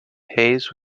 hayes